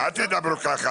אל תדברו כך.